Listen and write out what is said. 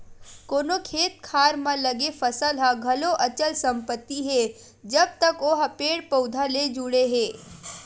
कोनो खेत खार म लगे फसल ह घलो अचल संपत्ति हे जब तक ओहा पेड़ पउधा ले जुड़े हे